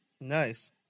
Nice